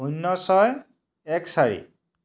শূন্য ছয় এক চাৰি